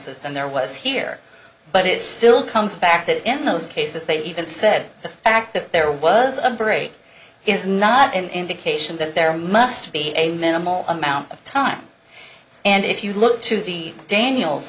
than there was here but it still comes back that in those cases they even said the fact that there was a break is not an indication that there must be a minimal amount of time and if you look to be daniel